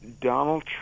donald